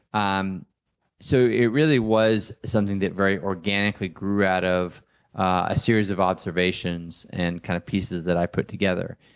um so it really was something that very organically grew out of a series of observations and kind of pieces that i put together.